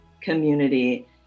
community